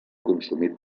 consumit